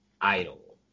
Idol